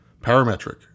Parametric